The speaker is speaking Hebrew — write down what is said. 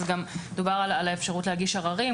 אז גם דובר על האפשרות להגיש עררים,